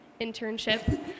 internship